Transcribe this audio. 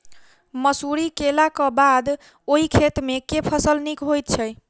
मसूरी केलाक बाद ओई खेत मे केँ फसल नीक होइत छै?